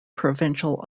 provincial